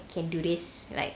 I can do this like